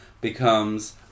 becomes